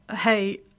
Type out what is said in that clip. hey